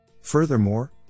Furthermore